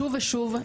שוב ושוב,